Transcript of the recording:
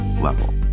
level